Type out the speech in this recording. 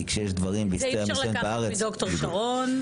את זה אי אפשר לקחת מד"ר שרון.